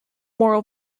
moral